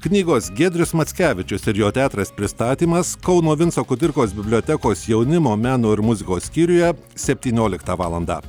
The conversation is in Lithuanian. knygos giedrius mackevičius ir jo teatras pristatymas kauno vinco kudirkos bibliotekos jaunimo meno ir muzikos skyriuje septynioliktą valandą